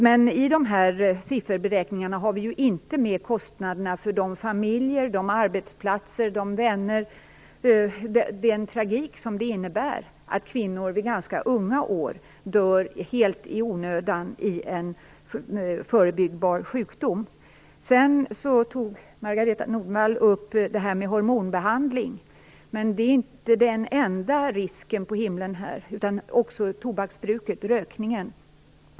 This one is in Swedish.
Men i de här beräkningarna har vi inte med kostnaderna för familjer, arbetsplatser och vänner och den tragik som det innebär att kvinnor i ganska unga år dör helt i onödan i en förebyggbar sjukdom. Margareta E Nordenvall tog upp frågan om hormonbehandling. Men det är inte den enda risken, utan också rökningen utgör ett hot.